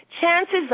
chances